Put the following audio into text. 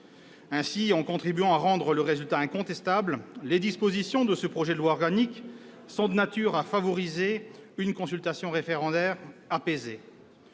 Ainsi, en contribuant à rendre le résultat incontestable, les dispositions de ce projet de loi organique sont de nature à favoriser une consultation référendaire apaisée.